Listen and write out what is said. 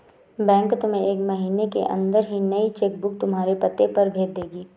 bank तुम्हें एक महीने के अंदर ही नई चेक बुक तुम्हारे पते पर भेज देगी